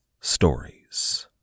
stories